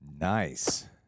Nice